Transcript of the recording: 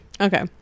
Okay